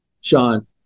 Sean